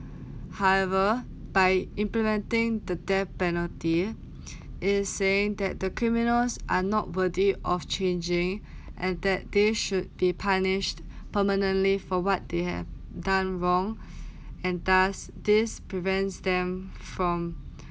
however by implementing the death penalty is saying that the criminals are not worthy of changing and that they should be punished permanently for what they have done wrong and thus this prevents them from